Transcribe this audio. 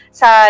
sa